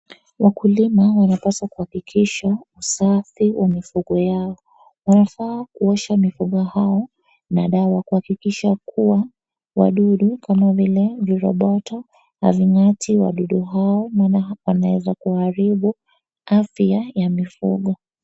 Wakulima wanapaswa kuhakikisha usafi wa mifugo yao. Wanafaaa kuosha mifugo hao na dawa kuhakikisha kuwa wadudu kama vile viroboto na vinyati wadudu hao wameweza kuharibu afya ya mifugo.